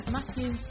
Matthew